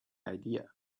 idea